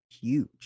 huge